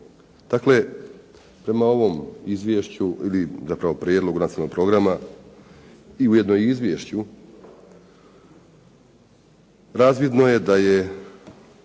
Dakle, prema ovom izvješću ili prema prijedlogu nacionalnog programa i ujedno i izvješću, razvidno je da je